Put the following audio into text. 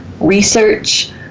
Research